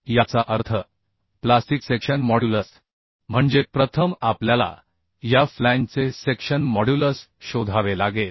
याचा अर्थ plastic section modulus म्हणजे प्रथम आपल्याला या फ्लॅंजचे सेक्शन मॉड्युलस शोधावे लागेल